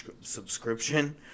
subscription